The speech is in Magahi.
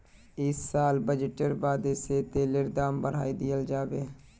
इस साल बजटेर बादे से तेलेर दाम बढ़ाय दियाल जाबे